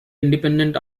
independent